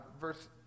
verse